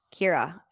Kira